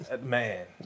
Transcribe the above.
Man